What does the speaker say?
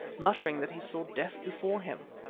muttering that he saw death before him.